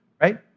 right